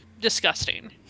disgusting